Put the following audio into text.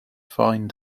fine